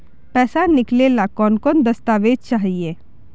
पैसा निकले ला कौन कौन दस्तावेज चाहिए?